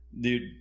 Dude